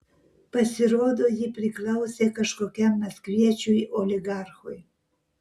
pasirodo ji priklausė kažkokiam maskviečiui oligarchui